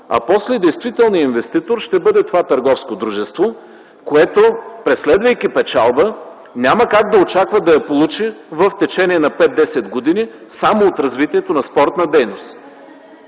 а после действителният инвеститор ще бъде това търговско дружество, което, преследвайки печалба, няма как да очаква да я получи в течение на 5-10 години само от развитието на спортна дейност.